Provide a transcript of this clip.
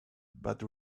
but